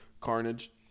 Carnage